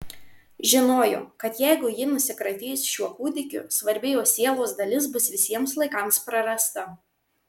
žinojo kad jeigu ji nusikratys šiuo kūdikiu svarbi jos sielos dalis bus visiems laikams prarasta